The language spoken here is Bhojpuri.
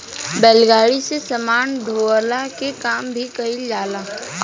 बैलगाड़ी से सामान ढोअला के काम भी कईल जाला